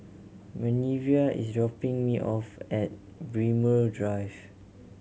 Minervia is dropping me off at Braemar Drive